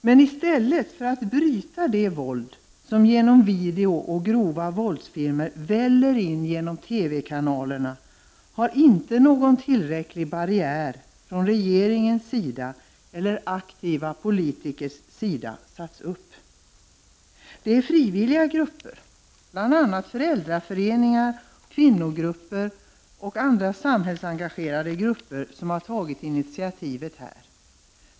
Men någon tillräcklig barriär för att bryta det våld som genom video och grova våldsfilmer väller in genom TV-kanalerna har inte satts upp från regeringens eller aktiva politikers sida. Det är frivilliga grupper, bl.a. föräldraföreningar, kvinnogrupper och andra samhällsengagerade grupper, som har tagit initiativet här.